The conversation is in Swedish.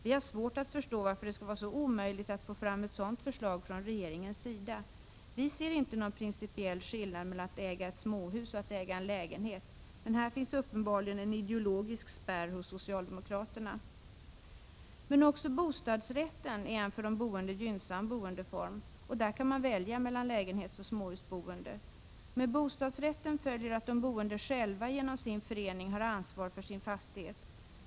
Vi har svårt att förstå varför det skall vara så omöjligt för regeringen att få fram ett sådant förslag. Vi ser inte någon principiell skillnad mellan att äga ett småhus och att äga en lägenhet. Men här finns uppenbarligen en ideologisk spärr hos socialdemokraterna. Men också bostadsrätten är en för de boende gynnsam boendeform. Och där kan man välja mellan lägenhetsoch småhusboende. Med bostadsrätten följer att de boende själva genom sin förening har ansvar för sin fastighet.